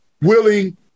willing